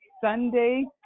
Sunday